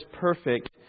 perfect